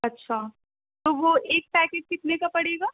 اچھا تو وہ ایک پیکٹ کتنے کا پڑے گا